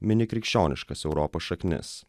mini krikščioniškas europos šaknis